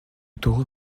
taureau